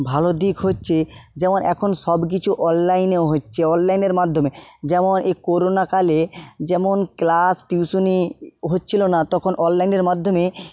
ভালো দিক হচ্ছে যেমন এখন সব কিছু অনলাইনে হচ্ছে অনলাইনের মাধ্যমে যেমন এ করোনাকালে যেমন ক্লাস টিউশনি হচ্ছিলো না তখন অনলাইনের মাধ্যমে